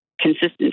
consistency